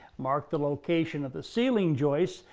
marked the location of the ceiling joists,